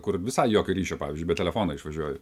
kur visai jokio ryšio pavyzdžiui be telefono išvažiuoju